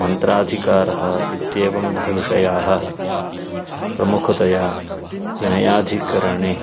मन्त्राधिकारः इत्येवं विविधाः विषयाः प्रमुखतया विनयाधिकरणे